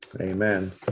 amen